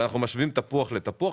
ואנחנו משווים תפוח לתפוח,